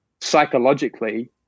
psychologically